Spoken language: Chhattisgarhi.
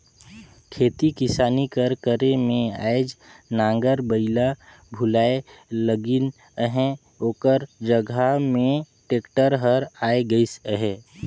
खेती किसानी कर करे में आएज नांगर बइला भुलाए लगिन अहें ओकर जगहा में टेक्टर हर आए गइस अहे